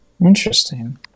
Interesting